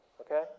okay